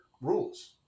rules